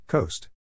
Coast